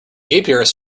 apiarist